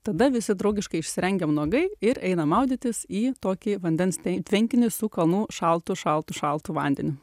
tada visi draugiškai išsirengiam nuogai ir einam maudytis į tokį vandens tvenkinį su kalnų šaltu šaltu šaltu vandeniu